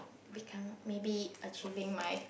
become maybe achieving my